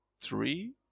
three